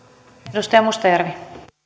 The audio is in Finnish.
arvoisa